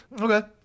Okay